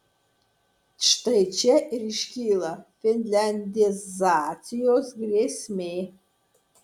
štai čia ir iškyla finliandizacijos grėsmė